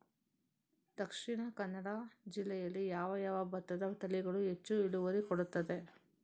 ದ.ಕ ಜಿಲ್ಲೆಯಲ್ಲಿ ಯಾವ ಯಾವ ಭತ್ತದ ತಳಿಗಳು ಹೆಚ್ಚು ಇಳುವರಿ ಕೊಡುತ್ತದೆ?